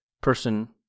person